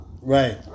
right